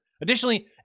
Additionally